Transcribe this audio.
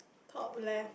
top left